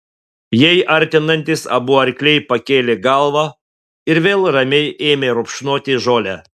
jai artinantis abu arkliai pakėlė galvą ir vėl ramiai ėmė rupšnoti žolę